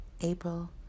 April